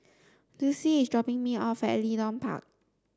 Dulcie is dropping me off at Leedon Park